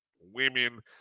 women